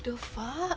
the fuck